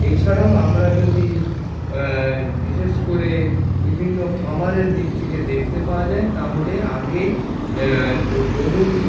এছাড়াও আমরা যদি বিশেষ করে বিভিন্ন খামারের দিক থেকে দেখতে পাওয়া যায় তাহলে আগে গরুর